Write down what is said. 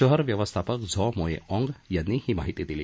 शहर व्यवस्थापक झॉ मोये आँग यांनी ही माहिती दिली